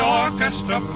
orchestra